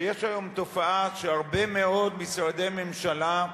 ויש היום תופעה שבהרבה מאוד משרדי ממשלה,